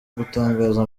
gutangaza